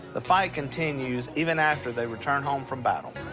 the fight continues even after they return home from battle.